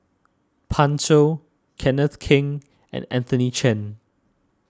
Pan Shou Kenneth Keng and Anthony Chen